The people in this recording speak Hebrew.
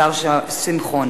השר שלום שמחון.